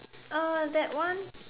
uh that one